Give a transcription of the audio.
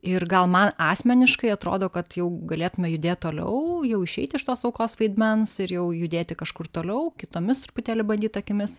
ir gal man asmeniškai atrodo kad jau galėtume judėt toliau jau išeit iš tos aukos vaidmens ir jau judėti kažkur toliau kitomis truputėlį bandyt akimis